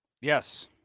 Yes